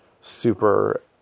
super